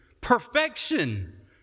Perfection